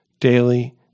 daily